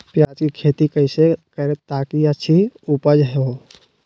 प्याज की खेती कैसे करें ताकि अच्छी उपज हो?